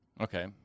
Okay